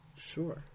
Sure